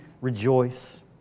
rejoice